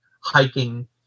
hiking